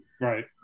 right